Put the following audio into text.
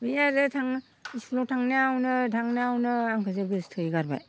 बे आरो थांना इस्कुलाव थांनायावनो थांनायावनो आंखोसो गोसो थोहैगारबाय